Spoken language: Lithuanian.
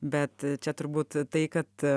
bet čia turbūt tai kad